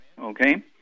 okay